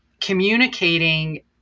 communicating